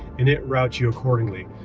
and it routes you accordingly.